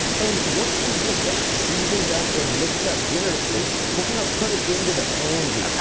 and once we get that seasoned up and mixed up generously, we're going to put it into the pan here.